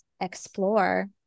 explore